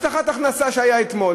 נושא הבטחת הכנסה שהיה אתמול,